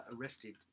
arrested